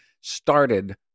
started